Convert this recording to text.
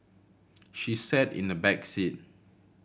she sat in the back seat